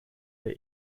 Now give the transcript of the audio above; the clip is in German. der